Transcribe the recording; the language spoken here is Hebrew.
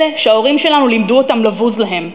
אלה שההורים שלנו לימדו אותנו לבוז להם,